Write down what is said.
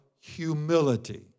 humility